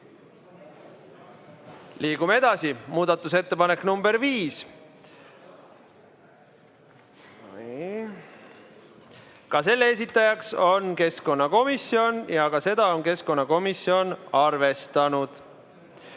Liigume edasi. Muudatusettepanek nr 5. Nii. Ka selle esitaja on keskkonnakomisjon ja ka seda on keskkonnakomisjon arvestanud.